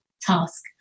task